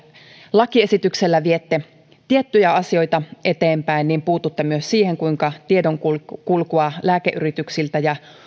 lakiesityksellä paitsi viette tiettyjä asioita eteenpäin myös puututte siihen kuinka tiedonkulkua lääkeyrityksiltä ja